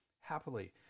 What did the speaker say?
Happily